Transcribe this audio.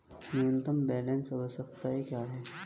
न्यूनतम बैलेंस आवश्यकताएं क्या हैं?